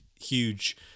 huge